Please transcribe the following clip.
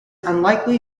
unlikely